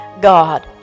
God